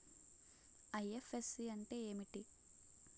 IFSC అంటే ఏమిటి?